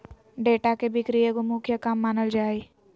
data के बिक्री एगो मुख्य काम मानल जा हइ